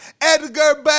Edgar